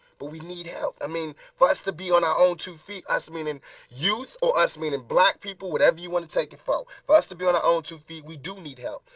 but we need help, i mean for us to be on our own two feet, us meaning youth, or us meaning black people, whatever you want to take it for, for us to be on our own two feet we do need help.